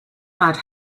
mad